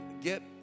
get